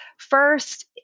First